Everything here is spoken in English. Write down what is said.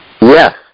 Yes